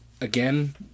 again